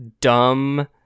dumb